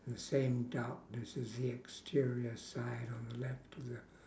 the same darkness as the exterior side on the left of the